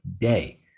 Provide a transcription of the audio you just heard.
day